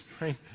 right